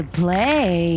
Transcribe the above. play